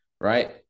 right